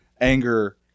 anger